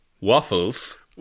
Waffles